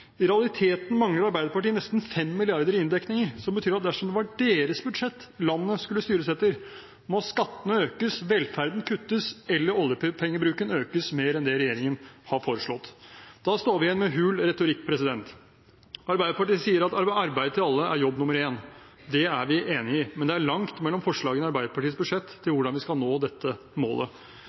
I realiteten mangler Arbeiderpartiet nesten 5 mrd. kr. i inndekninger, som betyr at dersom det var deres budsjett landet skulle styres etter, måtte skattene økes, velferden kuttes eller oljepengebruken økes mer enn det regjeringen har foreslått. Da står vi igjen med hul retorikk. Arbeiderpartiet sier at arbeid til alle er jobb nummer én. Det er vi enig i, men det er langt mellom forslagene i Arbeiderpartiets budsjett til hvordan vi skal nå dette målet.